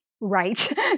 right